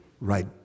right